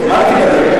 מה היא תגלה?